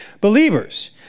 believers